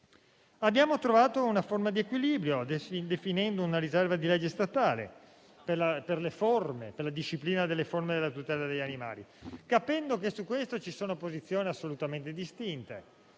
Abbiamo trovato una forma di equilibrio, definendo una riserva di legge statale per la disciplina delle forme della tutela degli animali, capendo che su questo tema ci sono posizioni assolutamente distinte.